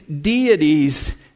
deities